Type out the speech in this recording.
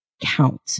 count